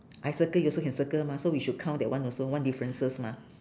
I circle you also can circle mah so we should count that one also one differences mah